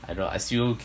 I know I see you